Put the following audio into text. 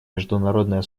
международное